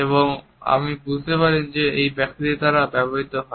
এবং আমরা বুঝতে পারি যে এটি এমন ব্যক্তিদের দ্বারা ব্যবহৃত হয়